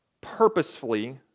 purposefully